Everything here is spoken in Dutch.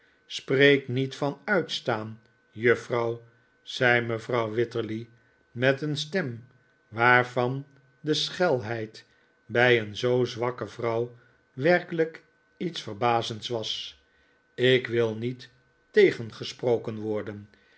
spreek niet van uitstaan juffrouw zei mevrouw wititterly met een stem waarvan de schelheid bij een zoo zwakke vrouw werkelijk iets verbazends was ik wil niet tegengesproken worden